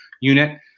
unit